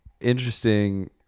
interesting